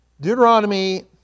Deuteronomy